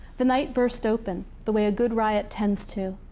the night burst open, the way a good riot tends to,